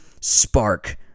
spark